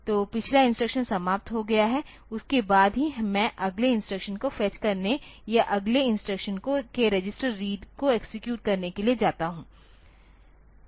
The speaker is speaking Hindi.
तो पिछला इंस्ट्रक्शन समाप्त हो गया है उसके बाद ही मैं अगले इंस्ट्रक्शन को फेच करने या अगले इंस्ट्रक्शन के रजिस्टर रीड को एक्सेक्यूट करने के लिए जाता है